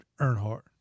Earnhardt